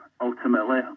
ultimately